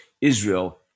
Israel